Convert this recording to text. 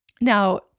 Now